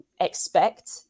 expect